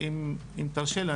ואם תרשה לי,